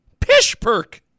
Pishperk